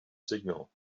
signal